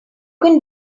can